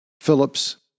Phillips